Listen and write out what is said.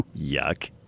yuck